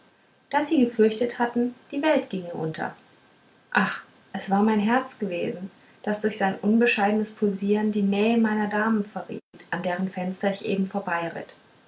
daß sie gefürchtet hatten die welt ginge unter ach es war mein herz gewesen das durch sein unbescheidnes pulsieren die nähe meiner damen verriet an deren fenstern ich eben